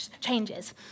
changes